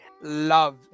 love